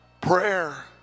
prayer